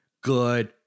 good